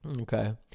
okay